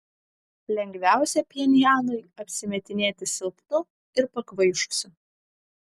lengviausia pchenjanui apsimetinėti silpnu ir pakvaišusiu